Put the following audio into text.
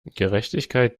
gerechtigkeit